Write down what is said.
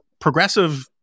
progressive